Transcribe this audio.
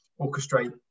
orchestrate